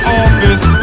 office